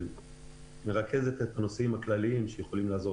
שמרכז את הנושאים הכלליים שיכולים לעזור